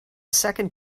second